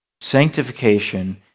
Sanctification